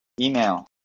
email